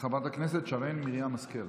חברת הכנסת שרן מרים השכל.